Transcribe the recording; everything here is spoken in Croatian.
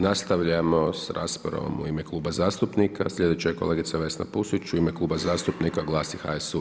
Nastavljamo sa raspravom u ime kluba zastupnika, sljedeća je kolegica Vesna Pusić u ime Kluba zastupnika GLAS i HSU.